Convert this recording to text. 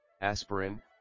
aspirin